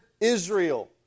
Israel